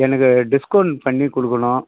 எனக்கு டிஸ்கவுண்ட் பண்ணி கொடுக்கணும்